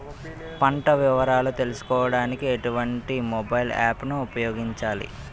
పంట వివరాలు తెలుసుకోడానికి ఎటువంటి మొబైల్ యాప్ ను ఉపయోగించాలి?